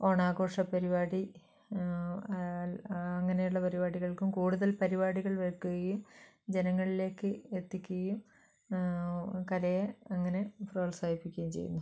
ഓണാഘോഷ പരിപാടി അങ്ങനെ ഉള്ള പരിപാടികൾക്കും കൂടുതൽ പരിപാടിൾ വെക്കുകയും ജനങ്ങളിലേക്ക് എത്തിക്കുകയും കലയെ അങ്ങനെ പ്രോത്സാഹിപ്പിക്കുകയും ചെയ്യുന്നു